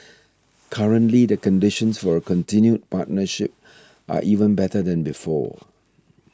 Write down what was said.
currently the conditions for a continued partnership are even better than before